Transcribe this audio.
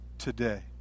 today